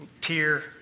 tier